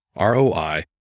ROI